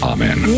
Amen